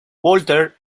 walter